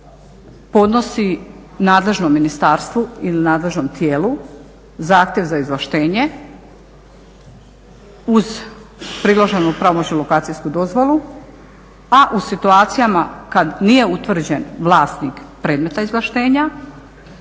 podnosi nadležnom ministarstvu ili nadležnom tijelu zahtjev za izvlaštenje uz priloženu pravomoćnu lokacijsku dozvolu, a u situacijama kad nije utvrđen vlasnik predmeta izvlaštenja,